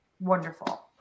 wonderful